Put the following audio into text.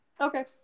okay